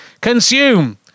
consume